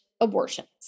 abortions